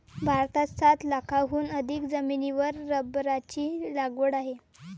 भारतात सात लाखांहून अधिक जमिनीवर रबराची लागवड आहे